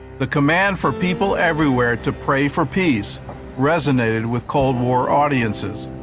the command for people everywhere to pray for peace resonated with cold war audiences.